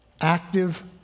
Active